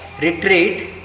retreat